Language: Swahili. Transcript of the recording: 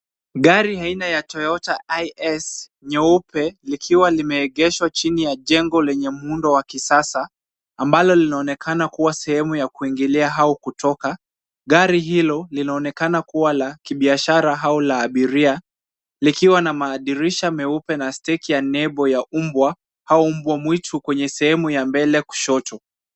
Garinaina ya Toyota IS nyeupe likiwa limeegeshwa chini ya jengo lenye muundo wa kisasa ambalo linaonekana kuwa sehemu ya kuingilia au kutoka. Gari hilo linaloonekana kuwa la kibiashara au la abiria, likiwa na madirisha meupe na steki ya nembo ya umbwa au umbwa mwitu kwenye sehemu ya mbele kushoto.